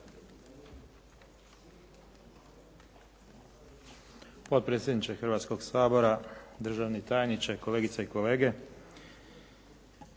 Potpredsjedniče Hrvatskog sabora, državni tajniče, kolegice i kolege.